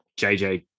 jj